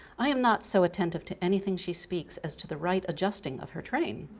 i am not so attentive to anything she speaks as to the right adjusting of her train.